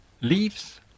leaves